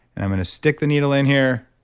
and i'm going to stick the needle in here.